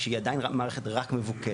כשהיא עדיין מערכת רק מבוקרת,